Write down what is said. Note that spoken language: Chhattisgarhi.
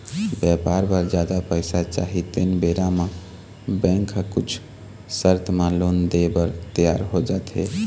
बेपार बर जादा पइसा चाही तेन बेरा म बेंक ह कुछ सरत म लोन देय बर तियार हो जाथे